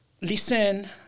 listen